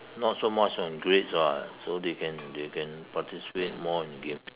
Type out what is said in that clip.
not so much on grades what so they can they can participate more in game